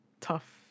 tough